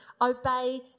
obey